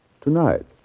tonight